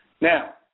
Now